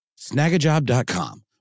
Snagajob.com